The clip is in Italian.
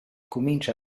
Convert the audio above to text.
comincia